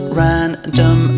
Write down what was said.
random